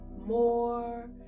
more